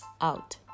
out